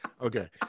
Okay